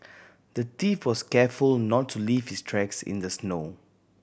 the thief was careful not to leave his tracks in the snow